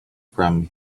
from